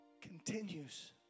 Continues